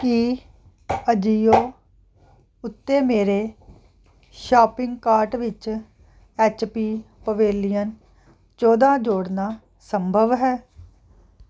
ਕੀ ਅਜੀਓ ਉੱਤੇ ਮੇਰੇ shopping cart ਵਿੱਚ ਐਚਪੀ ਪਵੇਲੀਅਨ ਚੋਦਾਂ ਜੋੜਨਾ ਸੰਭਵ ਹੈ